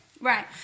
Right